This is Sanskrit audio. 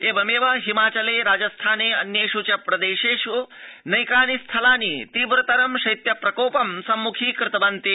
एवमेव हिमाचले राजस्थाने अन्येष् च प्रदेशेष् नैकानि स्थलानि तीव्रतरं शैत्य प्रकोपं संमुखीकुर्वन्ति